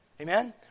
Amen